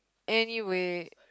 anyway